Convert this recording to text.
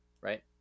Right